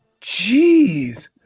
Jeez